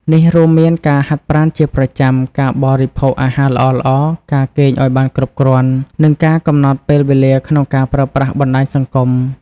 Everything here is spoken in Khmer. នេះរួមមានការហាត់ប្រាណជាប្រចាំ ការបរិភោគអាហារល្អៗ ការគេងឱ្យបានគ្រប់គ្រាន់ និងការកំណត់ពេលវេលាក្នុងការប្រើប្រាស់បណ្ដាញសង្គម។